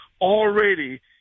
already